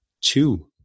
two